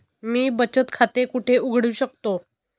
मी बचत खाते कुठे उघडू शकतो?